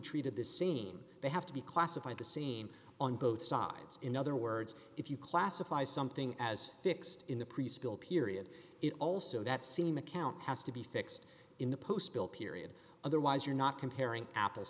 treated the scene they have to be classified the scene on both sides in other words if you classify something as fixed in the preschool period it also that seem account has to be fixed in the post bill period otherwise you're not comparing apples